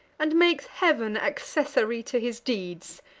and makes heav'n accessary to his deeds.